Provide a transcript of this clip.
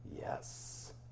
Yes